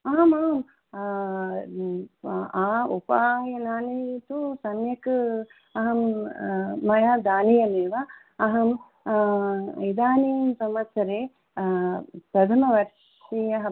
आम् आम् उपायनानि तु सम्यक् अहं मया दानीयमेव अहं इदानीं संवत्सरे प्रथमवर्षीयः